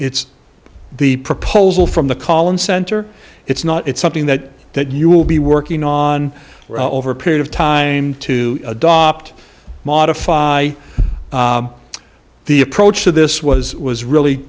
it's the proposal from the collins center it's not it's something that that you will be working on over a period of time to adopt modify the approach to this was was really